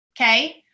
okay